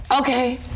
Okay